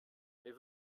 mais